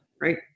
right